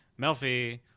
Melfi